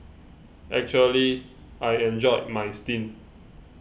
actually I enjoyed my stint